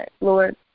Lord